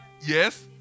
Yes